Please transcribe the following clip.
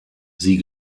sie